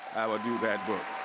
i will do that book.